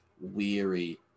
weary